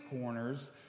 corners